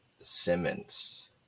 Simmons